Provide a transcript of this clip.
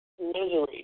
misery